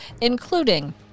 including